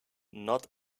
not